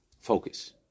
focus